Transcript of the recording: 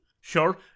sure